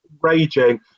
raging